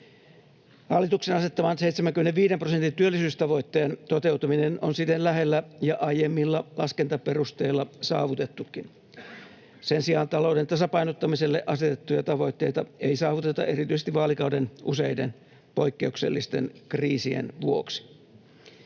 Hallituksen asettaman 75 prosentin työllisyystavoitteen toteutuminen on siten lähellä ja aiemmilla laskentaperusteilla saavutettukin. Sen sijaan talouden tasapainottamiselle asetettuja tavoitteita ei saavuteta erityisesti vaalikauden useiden poikkeuksellisten kriisien vuoksi.